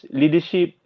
leadership